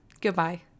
Goodbye